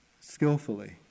skillfully